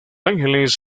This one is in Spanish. ángeles